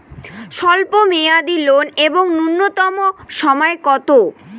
স্বল্প মেয়াদী লোন এর নূন্যতম সময় কতো?